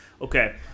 Okay